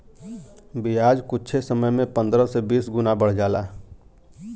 बियाज कुच्छे समय मे पन्द्रह से बीस गुना बढ़ जाला